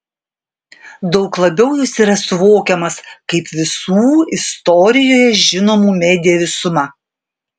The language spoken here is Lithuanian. daug labiau jis yra suvokiamas kaip visų istorijoje žinomų media visuma